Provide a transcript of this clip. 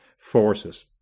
forces